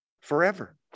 Forever